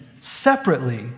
separately